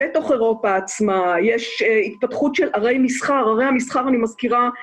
בתוך אירופה עצמה, יש התפתחות של ערי מסחר, ערי המסחר אני מזכירה...